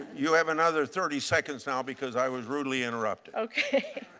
you have another thirty seconds now, because i was rudely interrupted.